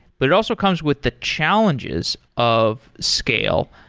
but it also comes with the challenges of scale.